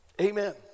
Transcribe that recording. Amen